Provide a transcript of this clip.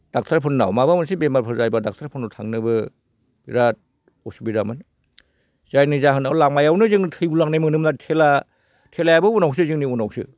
डक्ट'रफोरनाव माबा मोनसे बेमारफोर जायोबा डक्ट'रफोरनाव थांनोबो बिराद असुबिदामोन जायनि जाहोनाव लामायावनो जों थैगुलांनाय मोनोमोन आरो थेलायाबो उनावसो जोंनि उनावसो